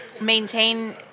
maintain